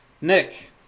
Nick